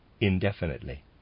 indefinitely